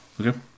Okay